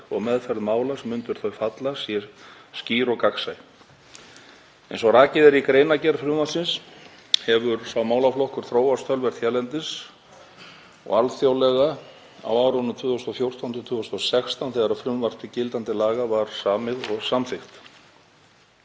og meðferð mála sem undir þau falla sé skýr og gagnsæ. Eins og rakið er í greinargerð frumvarpsins hefur sá málaflokkur þróast töluvert hérlendis og alþjóðlega á árunum 2014–2016 þegar frumvarp til gildandi laga var samið og samþykkt.